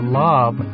love